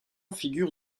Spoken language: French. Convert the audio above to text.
figure